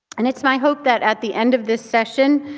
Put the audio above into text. and it's my hope that at the end of this session.